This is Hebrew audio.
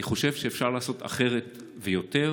אני חושב שאפשר לעשות אחרת ויותר.